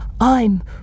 I'm